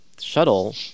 shuttle